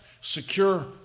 secure